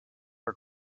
are